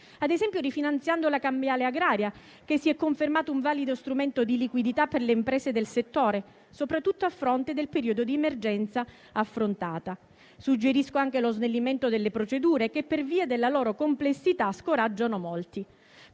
ad esempio rifinanziando la cambiale agraria che si è confermato un valido strumento di liquidità per le imprese del settore, soprattutto a fronte del periodo di emergenza vissuta. Suggerisco anche lo snellimento delle procedure che per via della loro complessità scoraggiano molti,